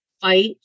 fight